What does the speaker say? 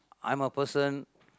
I'm a person